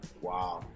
Wow